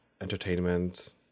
entertainment